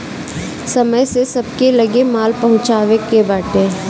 समय से सबके लगे माल पहुँचावे के बाटे